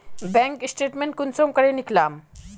Bank statement कुंसम करे निकलाम?